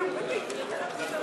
אין מתנגדים.